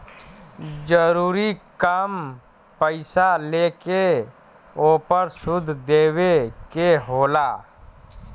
जरूरी काम पईसा लेके ओपर सूद देवे के होला